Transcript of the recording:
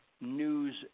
news